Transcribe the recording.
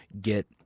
get